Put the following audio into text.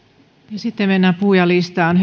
sitten mennään puhujalistaan